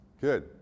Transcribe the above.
Good